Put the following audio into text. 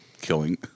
killing